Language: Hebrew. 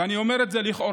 ואני אומר את זה לכאורה,